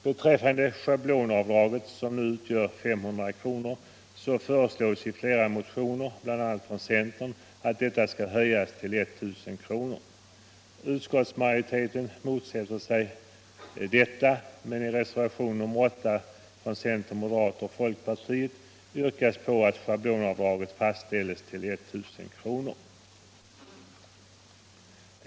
Beträffande schablonavdraget som nu utgör 500 kr. föreslås i flera motioner bl.a. från centern att detta skall höjas till I 000 kr. Utskottsmajoriteten motsätter sig detta, men i reservation nr 8 från centern, moderaterna och folkpartiet yrkas på att schablonavdrag fastställes till 1 000 kr.